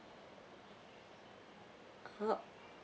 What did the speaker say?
!huh!